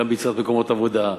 גם ביצירת מקומות עבודה.